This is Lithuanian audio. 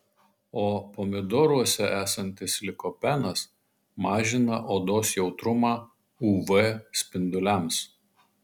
o pomidoruose esantis likopenas mažina odos jautrumą uv spinduliams